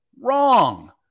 Wrong